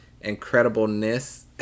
incredibleness